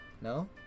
No